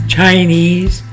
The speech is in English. Chinese